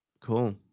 Cool